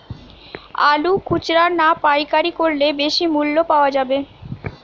আলু খুচরা না পাইকারি করলে বেশি মূল্য পাওয়া যাবে?